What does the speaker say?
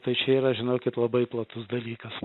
tai čia yra žinokit labai platus dalykas